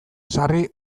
sarri